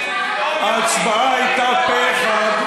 ההצבעה הייתה פה-אחד.